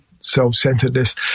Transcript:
self-centeredness